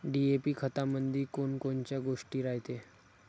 DAP खतामंदी कोनकोनच्या गोष्टी रायते?